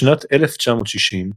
בשנת 1960,